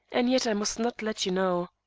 and yet i must not let you know.